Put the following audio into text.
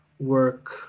work